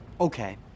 Okay